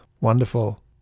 Wonderful